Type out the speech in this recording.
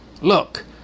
Look